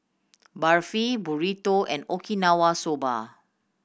Barfi Burrito and Okinawa Soba